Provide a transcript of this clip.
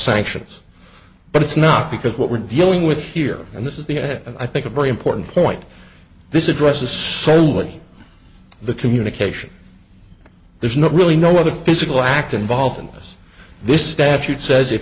sanctions but it's not because what we're dealing with here and this is the head i think a very important point this address is solely the communication there's not really know what the physical act involved unless this statute says if